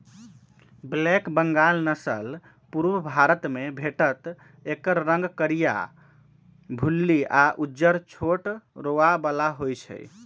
black Bengal नसल पुरुब भारतमे भेटत एकर रंग करीया, भुल्ली आ उज्जर छोट रोआ बला होइ छइ